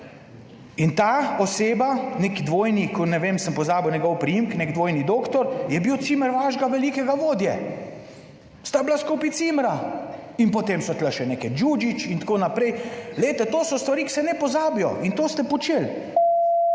In ta oseba, neki dvojni, ko, ne vem, sem pozabil njegov priimek, nek dvojni doktor, je bil cimer vašega velikega vodje, sta bila skupaj cimra. In potem so tu še neke Đuđić, itn. Glejte, to so stvari, ki se ne pozabijo in to ste počeli.